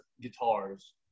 guitars